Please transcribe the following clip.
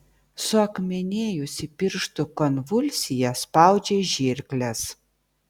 suakmenėjusi pirštų konvulsija spaudžia žirkles